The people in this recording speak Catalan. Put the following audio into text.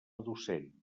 docent